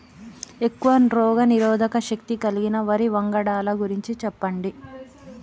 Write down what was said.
ఎక్కువ రోగనిరోధక శక్తి కలిగిన వరి వంగడాల గురించి చెప్పండి?